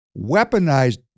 weaponized